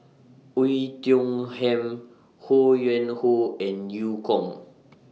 Oei Tiong Ham Ho Yuen Hoe and EU Kong